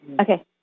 okay